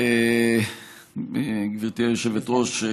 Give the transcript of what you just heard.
גברתי היושבת-ראש,